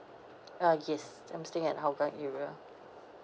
ah yes I'm staying at hougang area